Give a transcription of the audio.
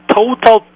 total